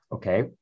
Okay